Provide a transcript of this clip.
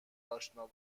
اشنا